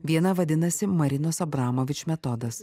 viena vadinasi marinos abramovič metodas